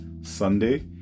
Sunday